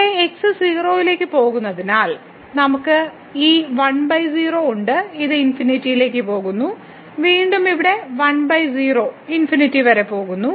ഇവിടെ x 0 ലേക്ക് പോകുന്നതിനാൽ നമുക്ക് ഈ 1 0 ഉണ്ട് ഇത് ലേക്ക് പോകുന്നു വീണ്ടും ഇവിടെ 1 0 വരെ പോകുന്നു